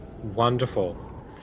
wonderful